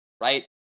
right